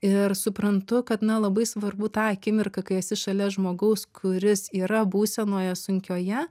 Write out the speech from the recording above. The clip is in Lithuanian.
ir suprantu kad na labai svarbu tą akimirką kai esi šalia žmogaus kuris yra būsenoje sunkioje